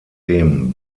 dem